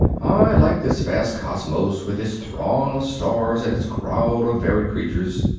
i like this vast cosmos, with its throng of stars and its crowd of varied creatures.